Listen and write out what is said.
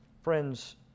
friends